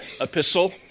epistle